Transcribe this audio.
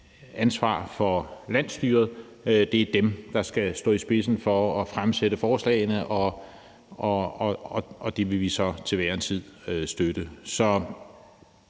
ansvar for landsstyret. Det er dem, der skal stå i spidsen for at fremsætte forslagene, og det vil vi så til hver en tid støtte.